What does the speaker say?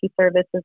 services